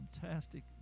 fantastic